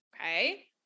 okay